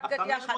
חד גדיא, חד גדיא.